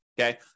okay